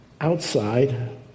outside